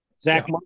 Zach